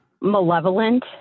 malevolent